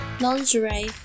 lingerie